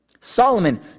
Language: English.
Solomon